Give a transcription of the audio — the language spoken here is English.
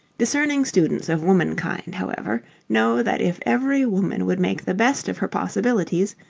discerning students of womankind, however, know that if every woman would make the best of her possibilities,